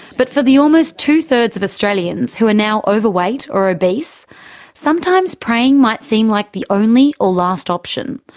but for the almost two-thirds of australians who are now overweight or obese, sometimes praying might seem like the only or last option.